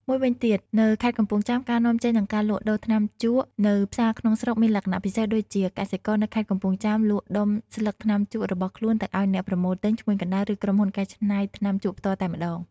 មួយវិញទៀតនៅខេត្តកំពង់ចាម ការនាំចេញនិងការលក់ដូរថ្នាំជក់នៅផ្សារក្នុងស្រុកមានលក្ខណៈពិសេសដូចជា កសិករនៅខេត្តកំពង់ចាមលក់ដុំស្លឹកថ្នាំជក់របស់ខ្លួនទៅឱ្យអ្នកប្រមូលទិញ ឈ្មួញកណ្ដាល ឬក្រុមហ៊ុនកែច្នៃថ្នាំជក់ផ្ទាល់តែម្ដង។